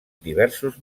diversos